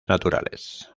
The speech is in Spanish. naturales